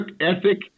ethic